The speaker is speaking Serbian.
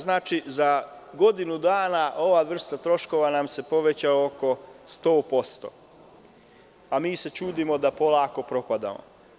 Znači, za godinu dana ova vrsta troškova nam se povećala oko 100%, a mi se čudimo što polako propadamo.